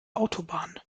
autobahn